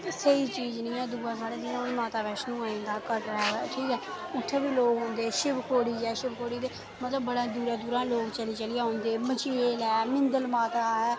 स्हेई चीज नेईं ऐ दूआ साढ़ै हून जि'यां माता बैश्नों होइ एई कटरा ठीक ऐ उत्थे बी लोक औंदे शिव खोड़ी ऐ मतलब बड़ै दूरै दूरै लोक चली चली औंदे मचेल ऐ मिंदल माता ऐ